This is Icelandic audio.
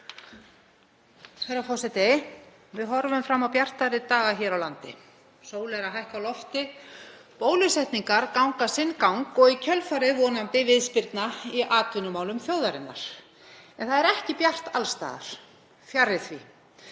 Herra forseti. Við horfum fram á bjartari daga hér á landi. Sól hækkar á lofti, bólusetningar ganga sinn gang og í kjölfarið hefst vonandi viðspyrna í atvinnumálum þjóðarinnar. En það er ekki bjart alls staðar, fjarri því.